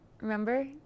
remember